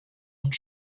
und